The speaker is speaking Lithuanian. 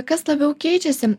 kas labiau keičiasi